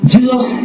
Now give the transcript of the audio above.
Jesus